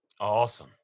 Awesome